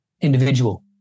individual